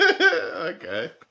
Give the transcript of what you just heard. okay